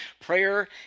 Prayer